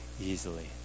easily